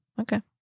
Okay